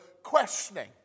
questioning